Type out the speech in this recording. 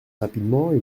rapidement